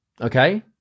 Okay